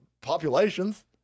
populations